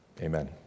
Amen